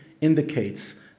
indicates